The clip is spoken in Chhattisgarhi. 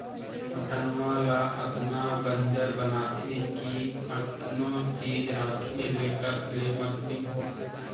पटांव ल अतना बंजर बनाथे कि कतनो चीज राखे ले टस ले मस नइ होवय